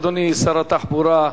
אדוני שר התחבורה,